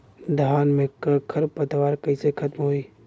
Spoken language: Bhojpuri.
धान में क खर पतवार कईसे खत्म होई?